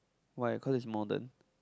why cause it's modern